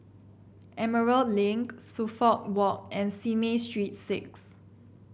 Emerald Link Suffolk Walk and Simei Street Six